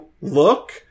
look